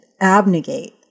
abnegate